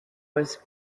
was